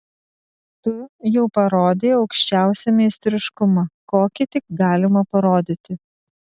tu jau parodei aukščiausią meistriškumą kokį tik galima parodyti